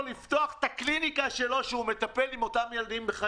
לפתוח את הקליניקה שלו שבה הוא מטפל עם חיות באותם ילדים?